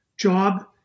job